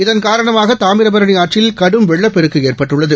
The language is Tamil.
இதன் காரணமாக தாமிரபரணி ஆற்றில் கடும் வெள்ளப் பெருக்கு ஏற்பட்டுள்ளது